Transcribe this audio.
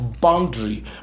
boundary